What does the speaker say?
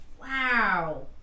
Wow